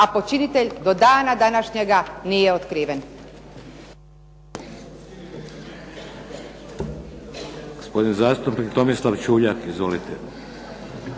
A počinitelj do dana današnjega nije otkriven.